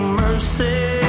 mercy